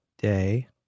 day